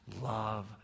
love